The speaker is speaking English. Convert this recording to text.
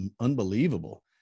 unbelievable